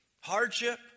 Hardship